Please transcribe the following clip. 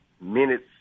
minutes